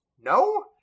no